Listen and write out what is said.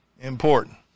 important